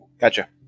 Gotcha